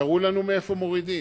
תראו לנו איפה מורידים.